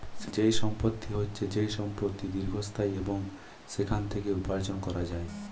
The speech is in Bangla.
যেই সম্পত্তি হচ্ছে যেই সম্পত্তি দীর্ঘস্থায়ী এবং সেখান থেকে উপার্জন করা যায়